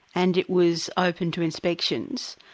and it was open to inspections,